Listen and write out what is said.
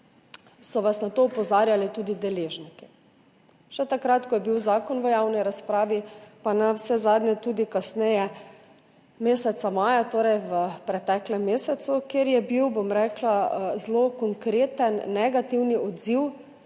so vas na to opozarjali tudi deležniki še takrat, ko je bil zakon v javni razpravi, pa navsezadnje tudi kasneje, meseca maja, torej v preteklem mesecu, kjer je bil zelo konkreten negativni odziv